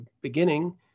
beginning